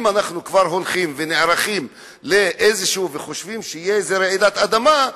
אם אנחנו כבר הולכים ונערכים וחושבים שתהיה איזו רעידת אדמה,